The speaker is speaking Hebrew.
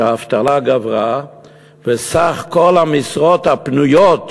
שהאבטלה גברה וסך כל המשרות הפנויות,